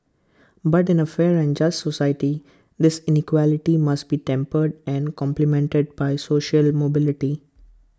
but in A fair and just society this inequality must be tempered and complemented by social mobility